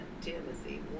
Timothy